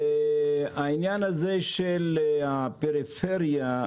העניין הזה של הפריפריה,